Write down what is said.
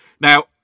Now